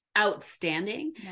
outstanding